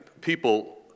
people